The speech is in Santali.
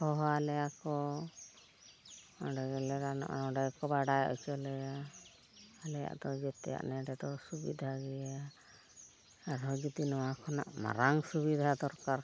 ᱦᱚᱦᱚᱣᱟᱞᱮᱭᱟᱠᱚ ᱚᱸᱰᱮ ᱜᱮᱞᱮ ᱨᱟᱱᱚᱜᱼᱟ ᱚᱸᱰᱮᱠᱚ ᱵᱟᱰᱟᱭ ᱚᱪᱚ ᱞᱮᱭᱟ ᱟᱞᱮᱭᱟᱜ ᱫᱚ ᱡᱚᱛᱚᱣᱟᱜ ᱱᱮᱰᱮ ᱫᱚ ᱥᱩᱵᱤᱫᱷᱟ ᱜᱮᱭᱟ ᱟᱨᱦᱚᱸ ᱡᱩᱫᱤ ᱱᱚᱣᱟ ᱠᱷᱚᱱᱟᱜ ᱢᱟᱨᱟᱝ ᱥᱩᱵᱤᱫᱷᱟ ᱫᱚᱨᱠᱟᱨ